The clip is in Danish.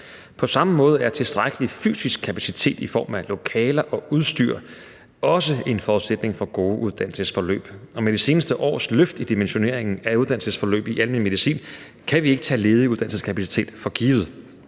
På samme måde er tilstrækkelig fysisk kapacitet i form af lokaler og udstyr også en forudsætning for gode uddannelsesforløb, og med de seneste års løft i dimensioneringen af uddannelsesforløb i almen medicin kan vi ikke tage ledig uddannelseskapacitet for givet.